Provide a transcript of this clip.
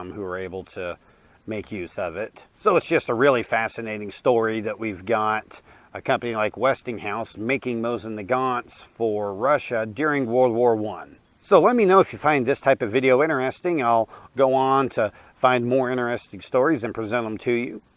um who were able to make use of it. so, it's just a really fascinating story that we've got a company like westinghouse making mosin nagants for russia during world war one so let me know if you find this type of video interesting i'll go on to find more interesting stories and present them to you.